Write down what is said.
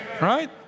Right